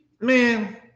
man